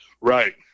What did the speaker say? Right